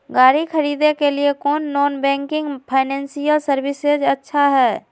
गाड़ी खरीदे के लिए कौन नॉन बैंकिंग फाइनेंशियल सर्विसेज अच्छा है?